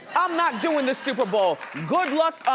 i'm not doing the super bowl. good luck,